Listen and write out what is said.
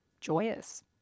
joyous